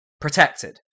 protected